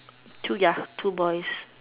two ya two boys